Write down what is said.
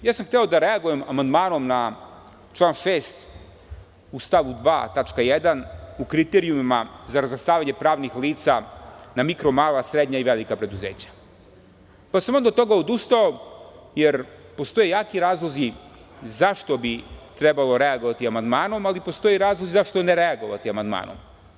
Hteo sam da reagujem amandmanom na član 6. stav 2. tačka 1. u kriterijuma za razvrstavanje pravnih lica na mikro, mala i srednja preduzeća, pa sam onda od toga odustao, jer postoje jaki razlozi zašto bi trebalo reagovati amandmanom, ali postoje razlozi zašto ne reagovati amandmanom.